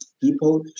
people